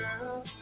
girl